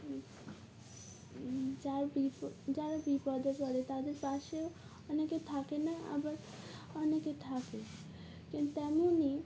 যারা বিপদে যারা বিপদে পড়ে তাদের পাশেও অনেকে থাকে না আবার অনেকে থাকে কিন্তু তেমনিই